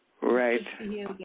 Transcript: right